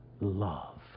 love